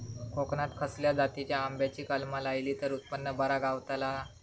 कोकणात खसल्या जातीच्या आंब्याची कलमा लायली तर उत्पन बरा गावताला?